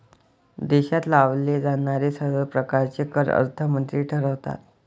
देशात लावले जाणारे सर्व प्रकारचे कर अर्थमंत्री ठरवतात